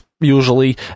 usually